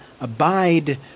abide